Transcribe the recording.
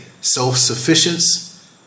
self-sufficiency